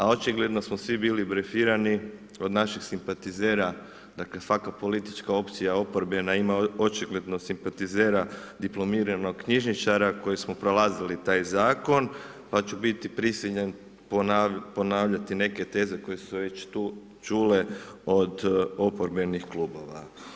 A očigledno smo svi bili brifirani od naših simpatizera, dakle svaka politička opcija oporbena ima očigledno simpatizera diplomiranog knjižničara koji smo prolazili taj zakon pa ću biti prisiljen ponavljati neke teze koje su se već tu čule od oporbenih klubova.